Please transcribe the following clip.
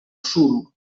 suro